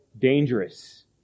dangerous